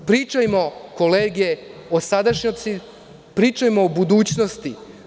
Pričajmo, kolege, o sadašnjosti, pričajmo o budućnosti.